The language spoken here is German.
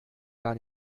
gar